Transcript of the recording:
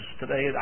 today